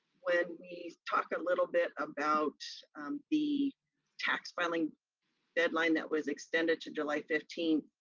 when we talk a little bit about the tax filing deadline that was extended to july fifteen,